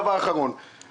דבר אחרון שאני אומר,